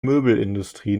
möbelindustrie